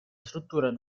struttura